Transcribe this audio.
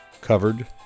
covered